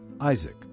Isaac